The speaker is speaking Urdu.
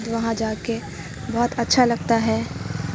وہاں جا کے بہت اچھا لگتا ہے